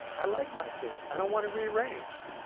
i like my face. i don't want it rearranged.